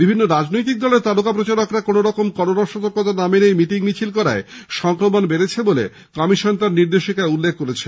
বিভিন্ন রাজনৈতিক দলের তারকা প্রচারকরা কোনরকম করোনা সতর্কতা না মেনেই মিটিং মিছিল করায় সংক্রমণ বেড়েছে বলে কমিশন তার নির্দেশিকায় জানিয়েছে